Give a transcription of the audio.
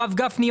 הרב גפני,